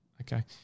Okay